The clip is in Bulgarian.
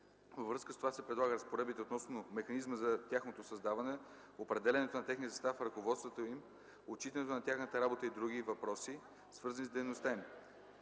Във връзка с това се предлагат разпоредби относно механизма за тяхното създаване, определянето на техния състав, ръководството им, отчитането на тяхната работа и други въпроси, свързани с дейността им.